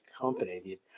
company